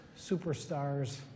superstars